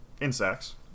insects